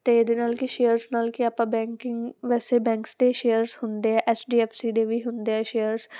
ਅਤੇ ਇਹਦੇ ਨਾਲ ਕਿ ਸ਼ੇਅਰਸ ਨਾਲ ਕਿ ਆਪਾਂ ਬੈਂਕਿੰਗ ਵੈਸੇ ਬੈਂਕਸ ਦੇ ਸ਼ੇਅਰਸ ਹੁੰਦੇ ਆ ਐਚ ਡੀ ਐਫ ਸੀ ਦੇ ਵੀ ਹੁੰਦੇ ਆ ਸ਼ੇਅਰਸ